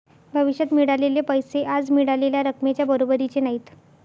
भविष्यात मिळालेले पैसे आज मिळालेल्या रकमेच्या बरोबरीचे नाहीत